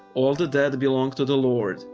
all the dead belong to the lord.